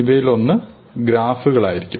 ഇവയിലൊന്ന് ഗ്രാഫുകളായിരിക്കും